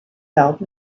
held